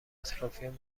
اطرافیان